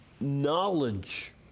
knowledge